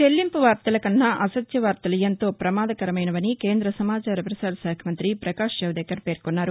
చెల్లింపు వార్తల కన్నా అసత్య వార్తలు ఎంతో పమాదకరమైనవని కేంద సమాచార ప్రసార శాఖ మంత్రి పకాష్ జవదేకర్ పేర్కొన్నారు